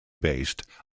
based